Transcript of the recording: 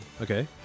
Okay